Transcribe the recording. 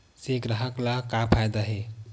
से ग्राहक ला का फ़ायदा हे?